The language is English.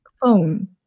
phone